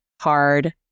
hard